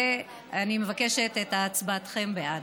ואני מבקשת את הצבעתכם בעד.